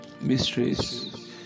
mysteries